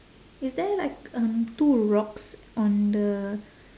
is there like um two rocks on the